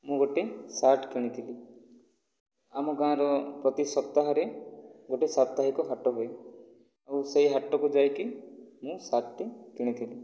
ମୁଁ ଗୋଟିଏ ସାର୍ଟ କିଣିଥିଲି ଆମ ଗାଁର ପ୍ରତି ସପ୍ତାହରେ ଗୋଟିଏ ସାପ୍ତାହିକ ହାଟ ହୁଏ ଆଉ ସେହି ହାଟକୁ ଯାଇକି ମୁଁ ସାର୍ଟଟି କିଣିଥିଲି